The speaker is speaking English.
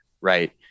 right